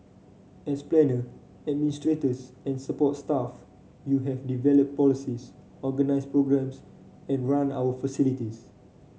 as planner administrators and support staff you have developed policies organised programmes and run our facilities